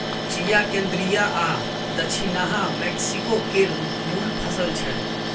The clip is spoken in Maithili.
चिया केंद्रीय आ दछिनाहा मैक्सिको केर मुल फसल छै